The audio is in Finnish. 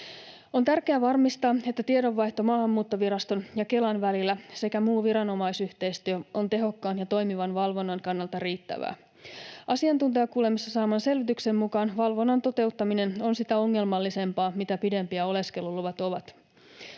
On tärkeää varmistaa, että tiedonvaihto Maahanmuuttoviraston ja Kelan välillä sekä muu viranomaisyhteistyö on tehokkaan ja toimivan valvonnan kannalta riittävää. Asiantuntijakuulemisessa saadun selvityksen mukaan valvonnan toteuttaminen on sitä ongelmallisempaa, mitä pidempiä oleskeluluvat ovat.